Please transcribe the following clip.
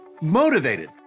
motivated